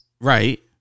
right